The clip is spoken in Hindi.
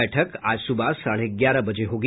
बैठक आज सुबह साढ़े ग्यारह बजे होगी